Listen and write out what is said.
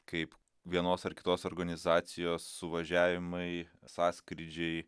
kaip vienos ar kitos organizacijos suvažiavimai sąskrydžiai